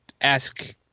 ask